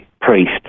priest